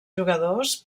jugadors